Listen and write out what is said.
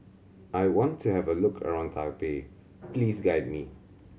I want to have a look around Taipei please guide me